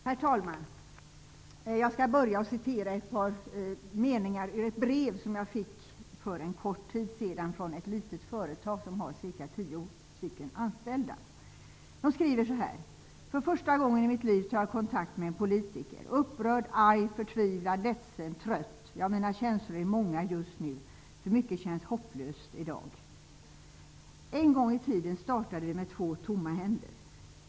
Herr talman! Jag börjar med att citera några meningar ur ett brev som jag fick för en kort tid sedan. Brevet kommer från ett litet företag med ca För första gången i mitt liv tar jag kontakt med en politiker. Upprörd, arg, förtvivlad, ledsen, trött, ja mina känslor är många just nu, för mycket känns hopplöst i dag. En gång i tiden startade vi med två tomma händer.